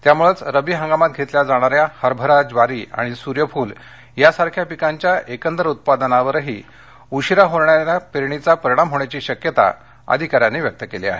त्यामुळेच रब्बी हंगामात घेतल्या जाणाऱ्या हरभरा ज्वारी आणि सुर्यफुल यासारख्या पिकांच्या एकूण उत्पादनावरही उशिरा होणाऱ्या पेरणीचा परिणाम होण्याची शक्यता अधिकाऱ्यांनी व्यक्त केली आहे